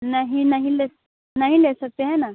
नहीं नहीं ले नहीं ले सकते हैं न